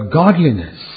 godliness